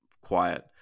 Quiet